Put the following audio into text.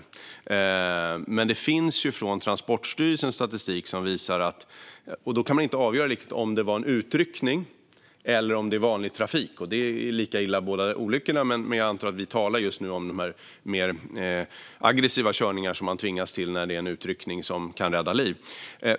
Dock finns det statistik från Transportstyrelsen, även om man inte riktigt kan avgöra om det handlar om utryckning eller om vanlig trafik. Båda olyckstyperna är lika illa, men jag antar att vi just nu talar om de mer aggressiva körningar som man tvingas till när det är en utryckning som kan rädda liv.